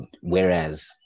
whereas